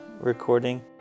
recording